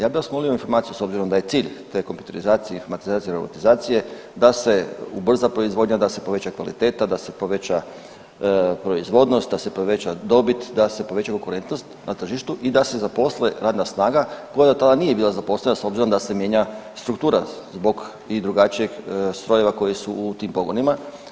Ja bih vas molio informaciju s obzirom da je cilj te kompjuterizacije, informatizacije, robotizacije da se ubrza proizvodnja, da se poveća kvaliteta, da se poveća proizvodnost, da se poveća dobit, da se poveća konkurentnost na tržištu i da se zaposli radna snaga koja dotada nije bila zaposlena s obzirom da se mijenja struktura zbog i drugačijeg strojeva koji su u tim pogonima.